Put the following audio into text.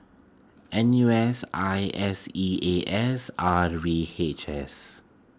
N U S I S E A S R V H S